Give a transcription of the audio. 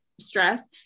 stress